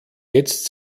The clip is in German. jetzt